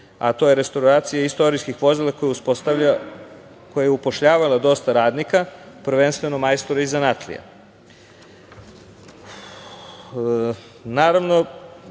a to je restauracija istorijskih vozila koja je upošljavala dosta radnika, prvenstveno majstora i zanatlija. Naravno,